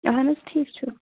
اَہَن حظ ٹھیٖک چھُ